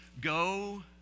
go